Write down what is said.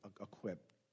equipped